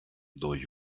though